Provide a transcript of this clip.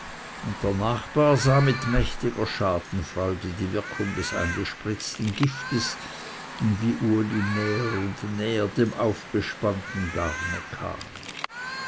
der nachbar sah mit mächtiger schadenfreude die wirkung des eingespritzten giftes und wie uli näher und näher dem aufgespannten garne kam